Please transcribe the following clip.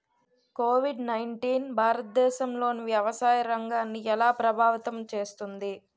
Covid nineteen భారతదేశంలోని వ్యవసాయ రంగాన్ని ఎలా ప్రభావితం చేస్తుంది?